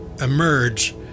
emerge